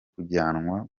kujyanwa